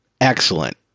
excellent